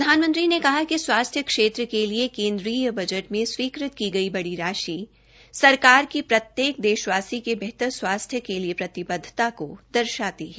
प्रधानमंत्री ने कहा कि स्वास्थ्य क्षेत्र के लिए केन्द्रीय बजट में स्वीकृत की गई राशि सरकार की प्रत्येक देशवासी के बेतहतर स्वास्थ्य के लिए प्रतिबदधता को दर्शाती है